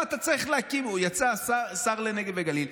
יצא השר לנגב וגליל.